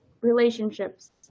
relationships